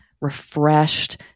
refreshed